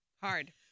Hard